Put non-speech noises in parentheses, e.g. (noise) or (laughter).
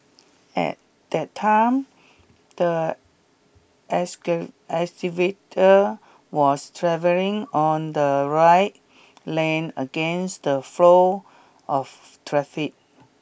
at that time the (unintelligible) excavator was travelling on the right lane against the flow of traffic